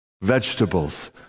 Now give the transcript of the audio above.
vegetables